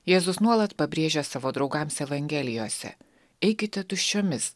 jėzus nuolat pabrėžia savo draugams evangelijose eikite tuščiomis